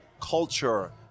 culture